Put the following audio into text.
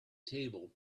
table